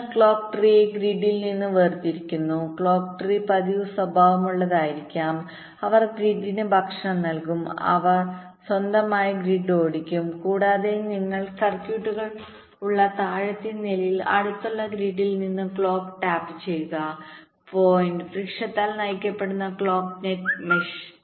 നിങ്ങൾ ക്ലോക്ക് ട്രീയെ ഗ്രിഡിൽ നിന്ന് വേർതിരിക്കുന്നു ക്ലോക്ക് ട്രീ പതിവ് സ്വഭാവമുള്ളതായിരിക്കും അവർ ഗ്രിഡിന് ഫീഡ് ചെയ്യും അവർ സമാന്തരമായി ഗ്രിഡ് ഓടിക്കും കൂടാതെ നിങ്ങൾക്ക് സർക്യൂട്ടുകൾ ഉള്ള താഴത്തെ നിലയിൽ അടുത്തുള്ള ഗ്രിഡിൽ നിന്ന് ക്ലോക്ക് ടാപ്പുചെയ്യുക പോയിന്റ് വൃക്ഷത്താൽ നയിക്കപ്പെടുന്ന ക്ലോക്ക് നെറ്റ് മെഷ്